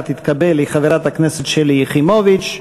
תתקבל היא חברת הכנסת שלי יחימוביץ.